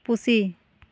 ᱯᱩᱥᱤ